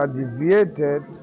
deviated